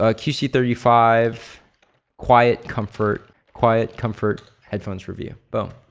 ah q c three five quietcomfort quietcomfort headphones review. boom.